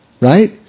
right